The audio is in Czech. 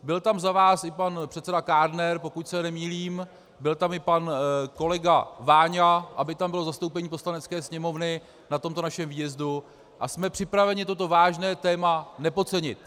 Byl tam za vás i pan předseda Kádner, pokud se nemýlím, byl tam i pan kolega Váňa, aby tam bylo zastoupení Poslanecké sněmovny na tomto našem výjezdu, a jsme připraveni toto vážné téma nepodcenit.